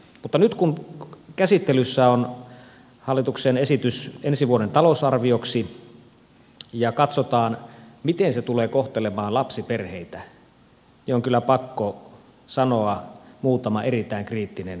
mutta nyt kun käsittelyssä on hallituksen esitys ensi vuoden talousarvioksi ja katsotaan miten se tulee kohtelemaan lapsiperheitä niin on kyllä pakko sanoa muutama erittäin kriittinen sana